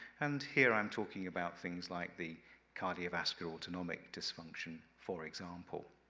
and here i'm talking about things like the cardiovascular autonomic dysfunction, for example.